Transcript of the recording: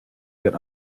that